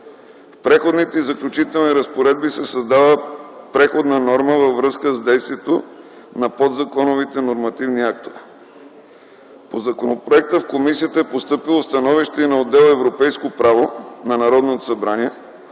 В преходните и заключителни разпоредби се създава преходна норма във връзка с действието на подзаконовите нормативни актове. По законопроекта в комисията е постъпило становище на отдел „Европейско право” на Народното събрание